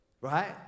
Right